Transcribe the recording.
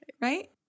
Right